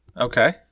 Okay